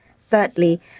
Thirdly